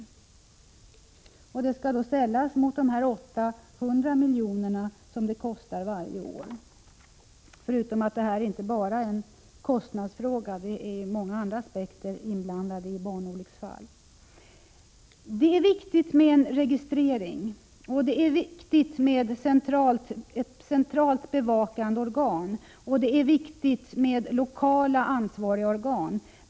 De kostnaderna skall då ställas mot de 800 milj.kr. som barnolycksfallen kostar varje år, förutom att detta inte bara är en kostnadsfråga — många andra aspekter är ju inblandade i barnolycksfall. Det är viktigt med en registrering. Det är viktigt med ett centralt bevakande organ. Och det är viktigt med lokala ansvariga organ.